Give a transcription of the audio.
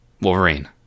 Wolverine